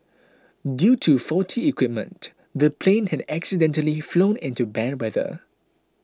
due to faulty equipment the plane had accidentally flown into bad weather